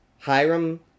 Hiram